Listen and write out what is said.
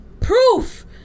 proof